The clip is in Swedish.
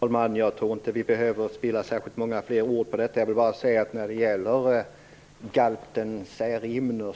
Herr talman! Jag tror inte att vi behöver spilla särskilt många fler ord på detta. Jag vill bara beträffande galten Särimner